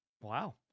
Wow